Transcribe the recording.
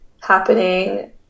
happening